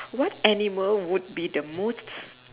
what animal would the most